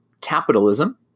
capitalism